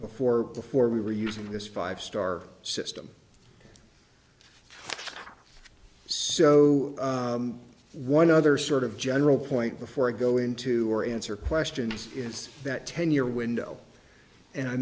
before before we were using this five star system so one other sort of general point before i go into or answer questions it's that ten year window and i